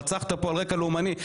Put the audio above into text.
רצחת כאן על רקע לאומני,